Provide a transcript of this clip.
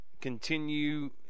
continue